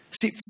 See